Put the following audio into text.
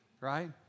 right